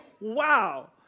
wow